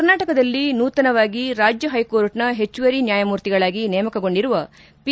ಕರ್ನಾಟಕದಲ್ಲಿ ನೂತನವಾಗಿ ರಾಜ್ಯ ಹೈಕೋರ್ಟ್ನ ಹೆಚ್ಚುವರಿ ನ್ಯಾಯಮೂರ್ತಿಗಳಾಗಿ ನೇಮಕಗೊಂಡಿರುವ ಪಿ